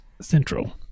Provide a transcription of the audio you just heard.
central